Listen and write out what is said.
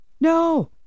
no